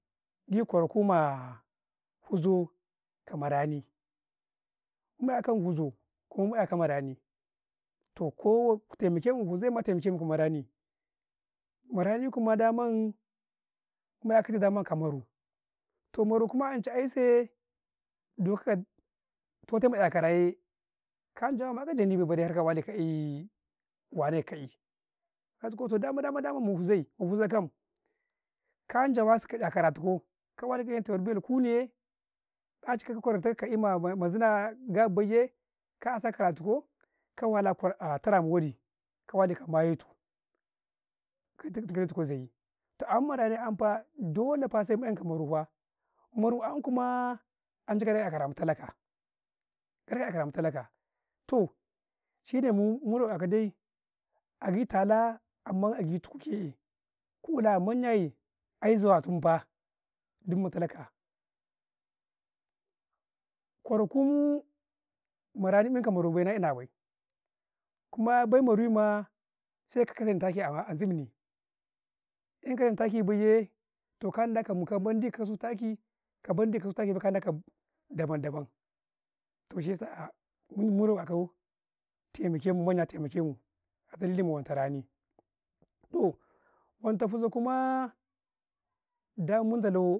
﻿aii kwara kumma huzoo kama ranii ma'yakau huzoo kuma ma`yakau ma ranii, toh ko ku taimakemu huzoo ku taimakemu ma ranii, ma rani kuma damann, mu 'yakatau daman ka maruu toh maruu kuma ancai ayy sai dokau totee ma 'yakara 'yee, kanjawa ma ka jami bay bare ka wali ka'eeh wane ka ka'i kajigau cau dama dama mu huzai, ma huza kam, kan jawasi ka 'yakara tukau, ka waluka yee yinti kau belu kun nu, yee, ɗaci ka kwara tukau kama zunaa gabi bay yee, ka asa katu kau ka walakwar tara ma waɗi, ka wa'i ka maye tu gikku letuku kuza yii, toh amman ma rani anfa, dole fa sai mu 'yankau ka maru fa, maru 'yan kuma ancai go ɗaka 'yakara ma talaka, gaɗaka 'yaka ra ma talaka, to h shi ne mu, muro ნakadai, agi talaa emman agi tukuu ke ku.ula amanya yee, ai zawa tunfaa dum ma talaka, kwarakuu ma ranii, kam ka maru ma ina bay, kuma bay maru maa, sai ka sakan taki a zubni, eka 'yan taki bay yee, toh kan da ka duka mandi kasu taki, ka monɗi kasu taki bay, kannukau daba-daban toh shi yasa mu raნakau taimakemu man taimakemu afanni mawanta ranii roh, wanta huzo kumaa da mun da lau.